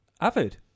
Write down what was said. avid